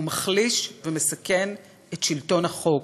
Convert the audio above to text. הוא מחליש ומסכן את שלטון החוק.